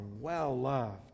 well-loved